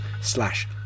slash